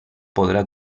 podrà